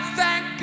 thank